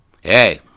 Hey